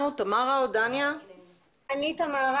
אני אתחיל.